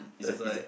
that's why